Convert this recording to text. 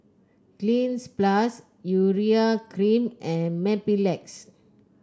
Cleanz Plus Urea Cream and Mepilex